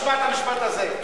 תשמע את המשפט הזה,